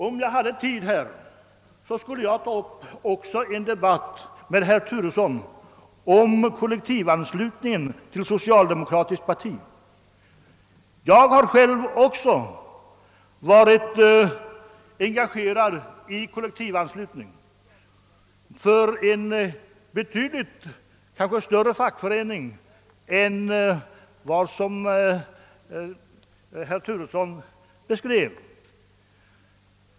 Om jag hade tid, skulle jag ta upp en debatt med herr Turesson om kollektivanslutningen till socialdemokratiska partiet. Jag har själv varit med om kol lektivanslutning inom en betydligt större fackförening än den som herr Turesson beskrev.